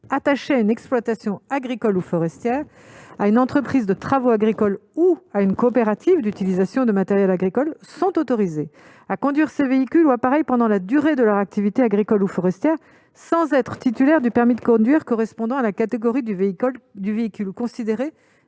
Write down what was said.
attachés à une exploitation agricole ou forestière, à une entreprise de travaux agricoles ou à une coopérative d'utilisation de matériel agricole sont autorisés à conduire ces véhicules ou appareils pendant la durée de leur activité agricole ou forestière sans être titulaires du permis de conduire correspondant à la catégorie du véhicule considéré